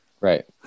Right